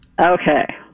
Okay